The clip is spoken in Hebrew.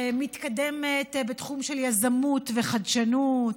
מתקדמת בתחום של יזמות וחדשנות,